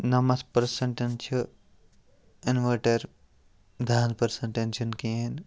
نَمَتھ پٔرسَنٛٹَن چھِ اِنوٲرٹَر دَہَن پٔرسَنٛٹَن چھِنہٕ کِہیٖنۍ